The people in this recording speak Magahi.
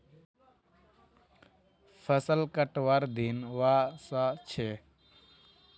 फसल कटवार दिन व स छ